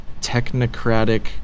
technocratic